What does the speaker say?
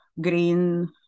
green